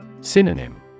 Synonym